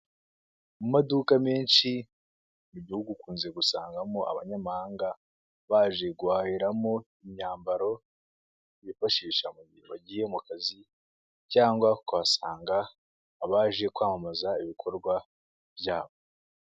Mu maduka menshi mu gihugu ukunze gusangamo abanyamahanga baje guhahiramo imyambaro bifashisha mu gihe bagiye mu kazi cyangwa kuhasanga abaje kwamamaza ibikorwa byabo.